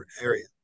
area